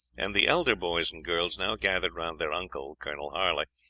and the elder boys and girls now gathered round their uncle, colonel harley,